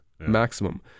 maximum